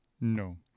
No